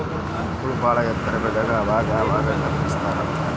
ಹುಲ್ಲ ಬಾಳ ಎತ್ತರ ಬೆಳಿಲಂಗ ಅವಾಗ ಅವಾಗ ಕತ್ತರಸ್ತಾರ